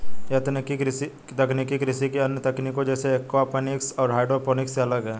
यह तकनीक कृषि की अन्य तकनीकों जैसे एक्वापॉनिक्स और हाइड्रोपोनिक्स से अलग है